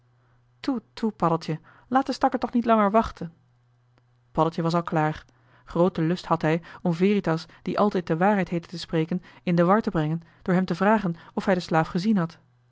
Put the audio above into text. toe toe paddeltje laat den stakker toch niet langer wachten paddeltje was al klaar grooten lust had hij om veritas die altijd de waarheid heette te spreken in de war te brengen door hem te vragen of hij den slaaf gezien had